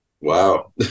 wow